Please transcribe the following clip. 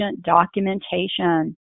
documentation